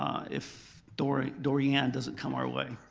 if dorian dorian doesn't come our way.